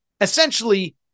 essentially